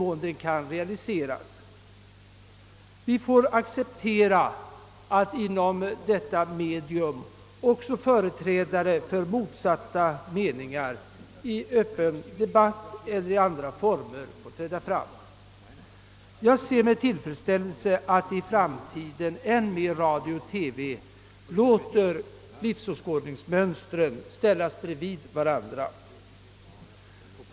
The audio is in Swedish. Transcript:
Förslaget bör realiseras i den mån så är möjligt. Vi får acceptera att också företrädare för motsatta meningen får träda fram i detta medium i öppen debatt eller under andra former. Jag kommer att se med tillfredsställelse att radio och TV i framtiden låter livsåskådningsmönstren ställas bredvid varandra i ännu större utsträckning än nu.